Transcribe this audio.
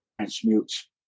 transmutes